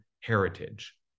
heritage